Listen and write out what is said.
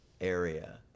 area